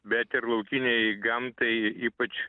bet ir laukinei gamtai ypač